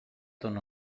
ton